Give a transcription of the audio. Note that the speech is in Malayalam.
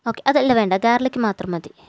ഓക്കെ അത് അല്ല വേണ്ട ഗാര്ലിക് മാത്രം മതി